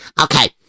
Okay